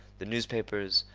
the newspapers,